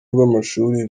rw’amashuri